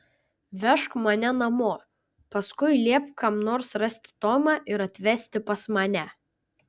vežk mane namo paskui liepk kam nors rasti tomą ir atvesti pas mane